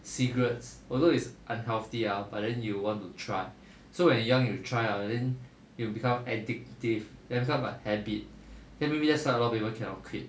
cigarettes although is unhealthy ah but then you want to try so when young you try liao then you will become addictive then become a habit then maybe that's why a lot of people cannot quit